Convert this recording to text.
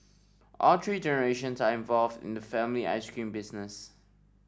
all three generations are involved in the family ice cream business